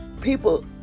people